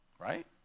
Right